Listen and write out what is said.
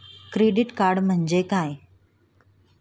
Credit card म्हणजे काय?